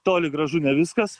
toli gražu ne viskas